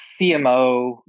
CMO